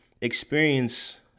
experience